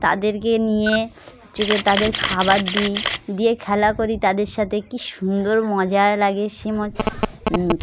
তাদেরকে নিয়ে তাদের খাবার দিই দিয়ে খেলা করি তাদের সাথে কী সুন্দর মজা লাগে সে